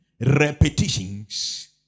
Repetitions